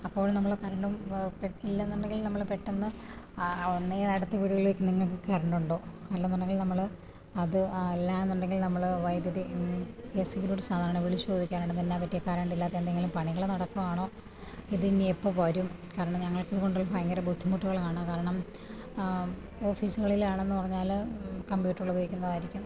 അപ്പോഴും നമ്മളെ കറണ്ടും പെ ഇല്ലെന്നുണ്ടെങ്കിൽ നമ്മള് പെട്ടെന്ന് ഒന്നുകിൽ അടുത്ത വീടുകളിൽ ചോദിക്കും നിങ്ങൾക്ക് കറണ്ടുണ്ടോ അല്ലെന്നുണ്ടെങ്കിൽ നമ്മള് അത് അല്ലാന്നുണ്ടെങ്കിൽ നമ്മള് വൈദ്യുതി കെ എസ് ഇ ബിയിലോട്ട് സാധാരണ വിളിച്ചു ചോദിക്കാറാണ് ഇതെന്നാ പറ്റി കറണ്ടില്ലാത്ത എന്തെങ്കിലും പണികള് നടക്കുകയാണോ ഇതിനി എപ്പോള് വരും കാരണം ഞങ്ങൾക്കിത് കൊണ്ടുള്ള ഭയങ്കര ബുദ്ധിമുട്ടുകളാണ് കാരണം ഓഫീസുകളിലാണെന്ന് പറഞ്ഞാല് കമ്പ്യൂട്ടറുകള് ഉപയോഗിക്കുന്നതായിരിക്കും